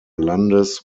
landes